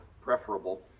preferable